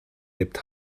lebt